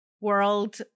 world